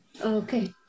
Okay